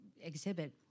exhibit